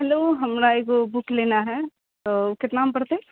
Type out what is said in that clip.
hello हमरा एगो book लेना हैं तऽ ओ कितनामे परतै